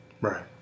Right